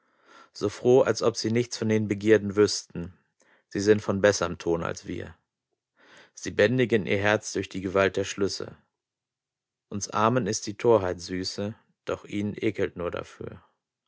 so froh als ob sie nichts von den begierden wüßten sie sind von besserm ton als wir sie bändigen ihr herz durch die gewalt der schlüsse uns armen ist die torheit süße doch ihnen ekelt nur dafür